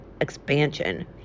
expansion